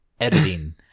Editing